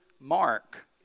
Mark